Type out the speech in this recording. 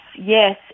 yes